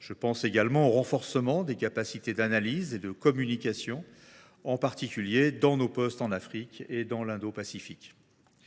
Je pense également au renforcement des capacités d’analyse et de communication, en particulier dans nos postes en Afrique et dans l’Indo Pacifique.